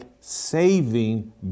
saving